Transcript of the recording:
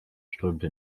strömte